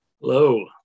Hello